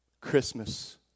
Christmas